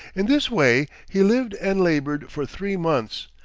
in this way he lived and labored for three months,